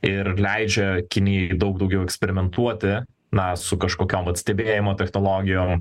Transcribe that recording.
ir leidžia kinijai daug daugiau eksperimentuoti na su kažkokiom vat stebėjimo technologijom